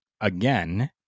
again